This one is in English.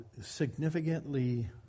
significantly